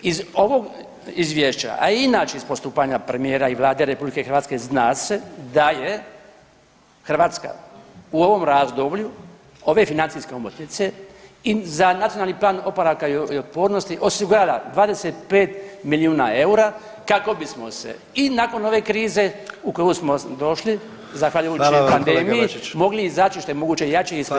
Iz ovog izvješća, a i inače iz postupanja premijera i Vlade RH zna se da je Hrvatska u ovom razdoblju ove financijske omotnice i za Nacionalni plan oporavka i otpornosti osigurala 25 milijuna eura kako bismo se i nakon ove krize u koju smo došli zahvaljujući pandemiji mogli izaći što je moguće jači i spremniji.